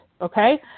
okay